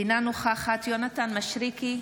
אינה נוכחת יונתן מישרקי,